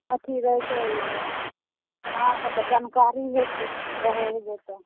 कथी रहै छै अहाँके तऽ जानकारी होइतै रहै हेबै तऽ